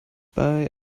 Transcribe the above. bei